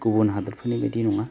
गुबुन हादरफोरनि बायदि नङा